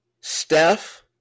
Steph